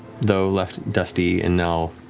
though left dusty and now,